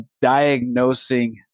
diagnosing